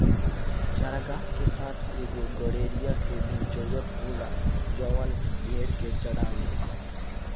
चारागाह के साथ एगो गड़ेड़िया के भी जरूरत होला जवन भेड़ के चढ़ावे